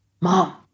mom